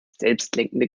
selbstlenkende